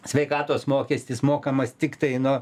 sveikatos mokestis mokamas tiktai nu